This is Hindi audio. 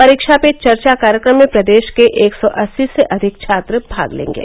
परीक्षा पे चर्चा कार्यक्रम में प्रदेश के एक सौ अस्सी से अधिक छात्र भाग लेंगे